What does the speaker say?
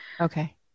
okay